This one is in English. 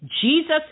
Jesus